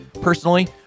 personally